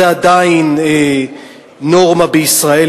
וזה עדיין נורמה בישראל,